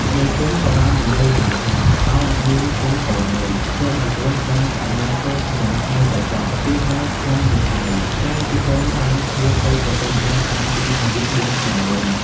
នាយ ព្រហ្ម ក៏បាននិយាយឡើងថា"ឱអ្នកមានគុណកូនអើយ សូមឲ្យកូនសុំខមាទោសយ៉ាងធ្ងន់ទៅចុះ គឺថាខ្ញុំនេះហើយ ដែលជាកូនបានឃ្លាតទៅប្រទេសចិនតាំងពីអាយុបួន ឆ្នាំមុន។